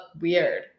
weird